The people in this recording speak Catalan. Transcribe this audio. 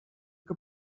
que